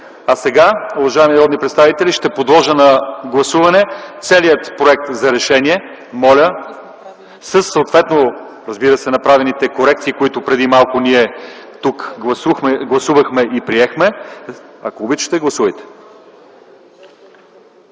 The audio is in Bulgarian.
Сега, уважаеми народни представители, ще подложа на гласуване целия Проект за решение, разбира се, със съответно направените корекции, които преди малко ние тук гласувахме и приехме. Ако обичате, гласувайте.